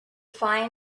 fine